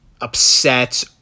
upset